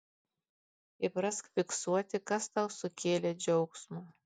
įprask fiksuoti kas tau sukėlė džiaugsmo